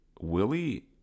Willie